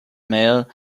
male